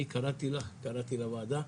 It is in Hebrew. אני קראתי לך, קראתי לוועדה,